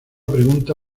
pregunta